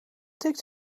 tikt